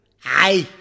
Hi